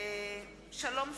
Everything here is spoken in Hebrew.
שלום שמחון,